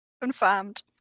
confirmed